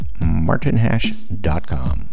martinhash.com